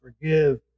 forgive